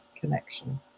connection